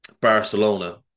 Barcelona